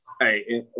Hey